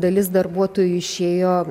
dalis darbuotojų išėjo